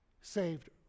Saved